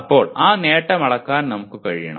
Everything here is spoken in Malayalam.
അപ്പോൾ ആ നേട്ടം അളക്കാൻ നമുക്ക് കഴിയണം